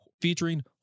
featuring